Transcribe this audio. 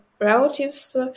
relatives